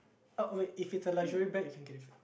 oh wait if it's a luxury bag you can get it fixed